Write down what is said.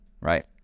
right